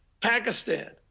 Pakistan